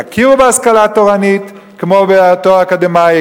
יכירו בהשכלה תורנית כמו בתואר אקדמי,